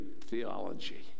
theology